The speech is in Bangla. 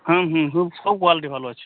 হ্যাঁ হুম হুম সব কোয়ালিটি ভালো আছে